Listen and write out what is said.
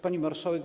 Pani Marszałek!